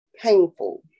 painful